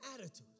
attitude